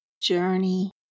journey